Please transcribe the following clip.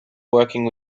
working